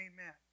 Amen